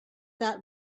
that